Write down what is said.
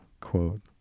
quote